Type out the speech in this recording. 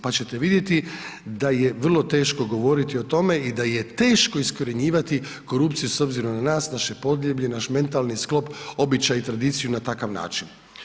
Pa ćete vidjeti, da je vrlo teško govoriti o tome i da je teško iskorjenjivati korupciju s obzirom na nas, naše podneblje, naš metalni sklop, običaj, tradiciju, na takav način.